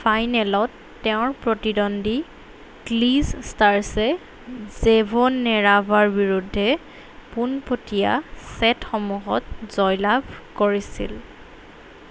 ফাইনেলত তেওঁৰ প্ৰতিদ্বন্দ্বী ক্লিজষ্টাৰ্ছে জেভ'নেৰাভাৰ বিৰুদ্ধে পোনপটীয়া ছেটসমূহত জয়লাভ কৰিছিল